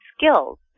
skills